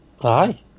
hi